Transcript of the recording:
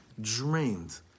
Drained